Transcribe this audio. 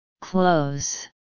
Close